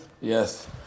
Yes